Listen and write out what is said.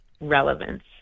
relevance